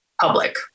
public